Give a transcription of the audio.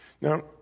Now